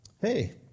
Hey